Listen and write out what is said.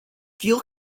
fuel